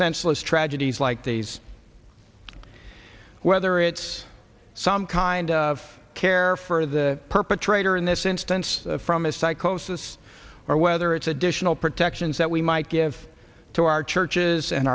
senseless tragedy like these whether it's some kind of care for the perpetrator in this instance from a psychosis or whether it's additional protections that we might give to our church